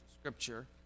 Scripture